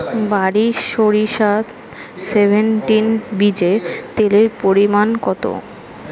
বারি সরিষা সেভেনটিন বীজে তেলের পরিমাণ কত?